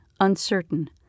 uncertain